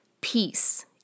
peace